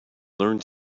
learned